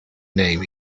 name